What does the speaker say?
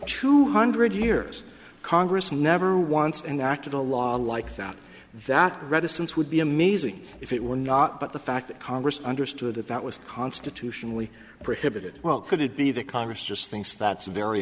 two hundred years congress never once an act of a law like that that reticence would be amazing if it were not but the fact that congress understood that that was constitutionally prohibited well could it be that congress just thinks that's very